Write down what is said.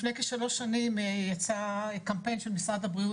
לפני כשלוש שנים יצא קמפיין של משרד הבריאות